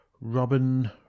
Robin